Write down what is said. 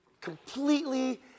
completely